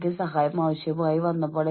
നിങ്ങൾക്ക് സന്തോഷം തോന്നും